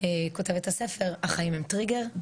כותבת הספר "החיים הם טריגר".